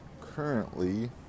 currently